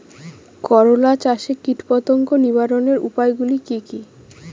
করলা চাষে কীটপতঙ্গ নিবারণের উপায়গুলি কি কী?